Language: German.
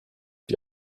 die